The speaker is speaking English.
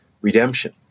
redemption